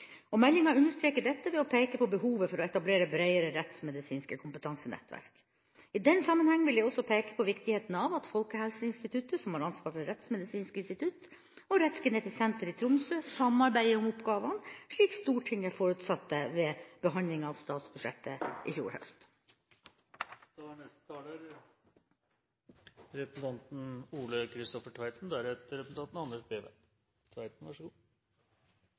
Meldinga understreker dette ved å peke på behovet for å etablere breiere rettsmedisinske kompetansenettverk. I den sammenheng vil jeg også peke på viktigheten av at Folkehelseinstituttet, som har ansvar for Rettsmedisinsk institutt, og Rettsgenetisk senter i Tromsø samarbeider om oppgavene, slik Stortinget forutsatte ved behandlinga av statsbudsjettet i fjor høst.